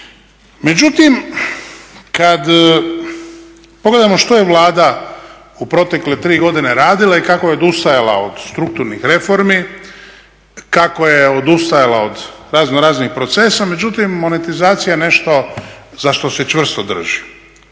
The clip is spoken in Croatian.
Međutim, kad pogledamo što je Vlada u protekle tri godine radila i kako je odustajala od strukturnih reformi, kako je odustajala od raznoraznih procesa, međutim monetizacija je nešto za što se čvrsto drži.